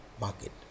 market